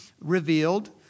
revealed